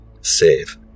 save